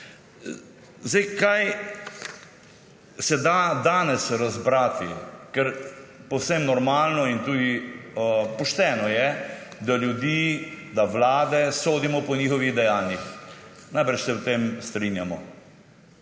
Kaj se da danes razbrati? Ker povsem normalno in tudi pošteno je, da ljudi, da vlade sodimo po njihovih dejanjih. Najbrž se o tem, da